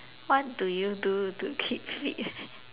what do you do to keep fit